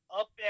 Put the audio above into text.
up